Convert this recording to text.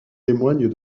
témoignent